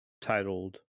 titled